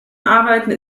arbeiten